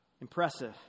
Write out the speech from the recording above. impressive